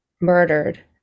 murdered